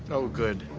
oh good.